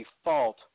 default